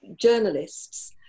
journalists